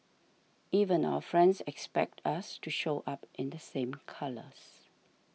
even our friends expect us to show up in the same colours